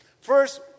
First